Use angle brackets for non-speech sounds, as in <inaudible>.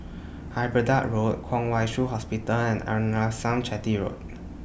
<unintelligible> Road Kwong Wai Shiu Hospital and Arnasalam Chetty Road